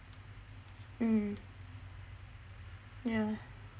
mm yah